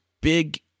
big